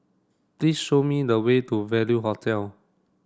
please show me the way to Value Hotel